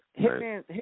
Hitman